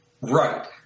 Right